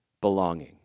belonging